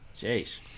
jeez